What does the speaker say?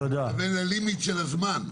אני מתכוון ללימיט של הזמן.